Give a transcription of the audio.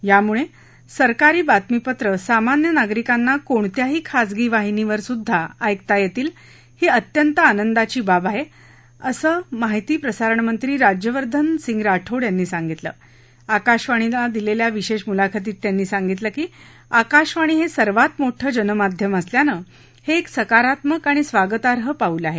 यामुळे सरकारी बातमीपत्र सामान्य नागरिकांना कोणत्याही खाजगी वाहिनीवरसुधा ऐकता येतील ही अत्यतं आनंदाची बाब आहे असं माहिती प्रसारण मंत्री राजवर्थन राठोड यांनी यावेळी आकाशवाणीला दिलेल्या विशेष मुलाखतीत त्यांनी सांगितलं की आकाशवाणी हे सर्वात मोठं जनमाध्यम असल्यानं हे एक सकारात्मक आणि स्वागताह पाऊल आहे